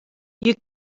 you